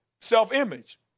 self-image